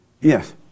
Yes